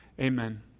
amen